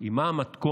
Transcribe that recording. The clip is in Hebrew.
היא מהי המתכונת